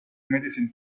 medicine